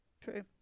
True